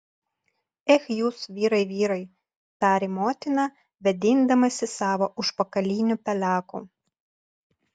ech jūs vyrai vyrai tarė motina vėdindamasi savo užpakaliniu peleku